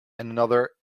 another